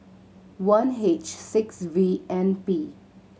one H six V N P